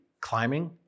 climbing